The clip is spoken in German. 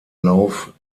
lauf